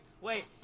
wait